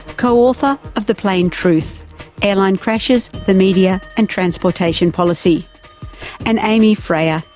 co-author of the plane truth airline crashes, the media, and transportation policy and amy fraher,